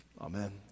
Amen